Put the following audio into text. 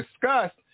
discussed